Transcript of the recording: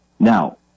Now